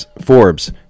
Forbes